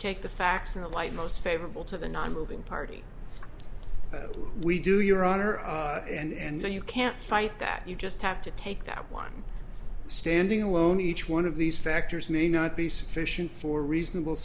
take the facts in the light most favorable to the nonmoving party we do your honor and so you can't fight that you just have to take that one standing alone each one of these factors may not be sufficient for reasonable